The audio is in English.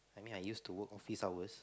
I mean I used to work office hours